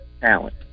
talent